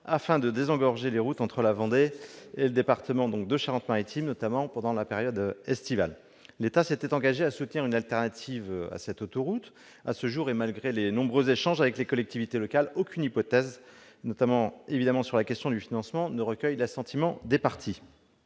afin de désengorger les routes entre la Vendée et la Charente-Maritime, notamment pendant la période estivale. L'État s'était engagé à soutenir une alternative à cette autoroute. À ce jour, et malgré de nombreux échanges avec les collectivités locales, aucune hypothèse, notamment sur le volet financier, ne recueille l'assentiment des parties.